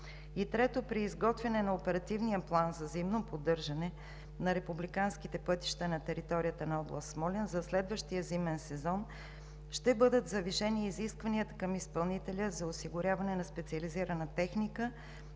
трето, при изготвяне на оперативния план за зимно поддържане на републиканските пътища на територията на област Смолян за следващия зимен сезон ще бъдат завишени изискванията към изпълнителя за осигуряване на специализирана техника,